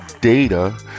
data